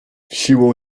siłą